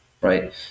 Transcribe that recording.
Right